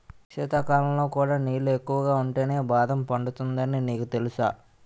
శీతాకాలంలో కూడా నీళ్ళు ఎక్కువుంటేనే బాదం పండుతుందని నీకు తెలుసా?